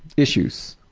issues.